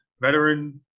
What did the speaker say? veteran